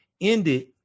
ended